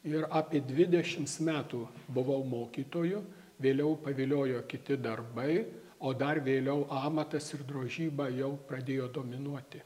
ir apie dvidešimts metų buvau mokytoju vėliau paviliojo kiti darbai o dar vėliau amatas ir drožyba jau pradėjo dominuoti